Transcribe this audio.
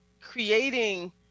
creating